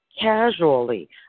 casually